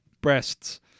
breasts